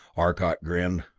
arcot grinned.